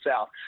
South